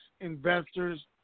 investors